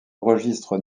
registre